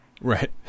Right